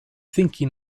thinking